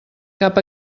cap